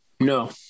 No